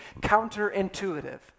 counterintuitive